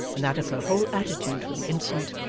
and that of her whole attitude for the instant,